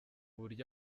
buryo